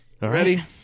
Ready